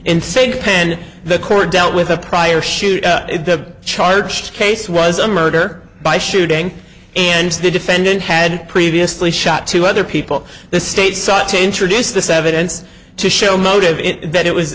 in say penn the court dealt with a prior shoot the charge case was a murder by shooting and the defendant had previously shot two other people the state sought to introduce this evidence to show motive it that it was